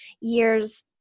years